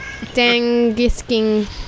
Dangisking